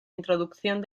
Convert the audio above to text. introducción